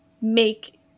make